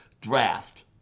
draft